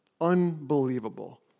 Unbelievable